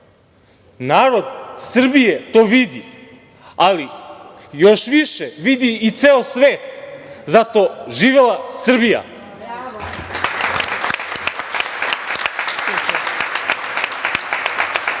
narod Srbije to vidi, ali još više vidi i ceo svet i zato živela Srbija.